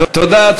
תודה.